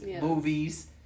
movies